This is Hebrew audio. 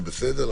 זה בסדר,